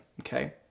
okay